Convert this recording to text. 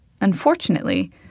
Unfortunately